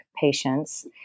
patients